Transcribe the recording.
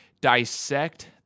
dissect